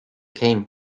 came